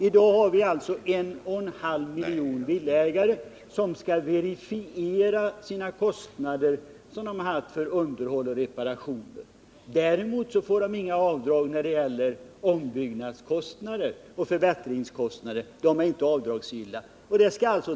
I dag finns det 1,5 miljoner villaägare, som alltså skall verifiera de kostnader som de haft för underhåll och reparationer. Däremot får de inga avdrag för ombyggnadskostnader och förbättringskostnader — dessa är inte avdragsgilla.